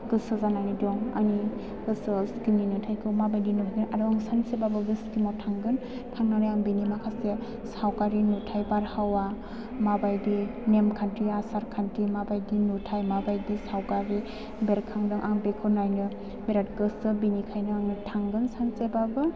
गोसो जानानै दं आंनि गोसोआव सिक्किमनि नुथायखौ मा बायदि नुयो आरो आं सानसेबाबो बे सिक्किमाव थांगोन थांनानै आं बेनि माखासे सावगारि नुथाय बारहावा मा बायदि नेमखान्थि आसारखान्थि मा बायदि नुथाय मा बायदि सावगारि बेरखांदों आं बेखौ नायनो बेराद गोसो बेनिखायनो आङो थांगोन सानसेबाबो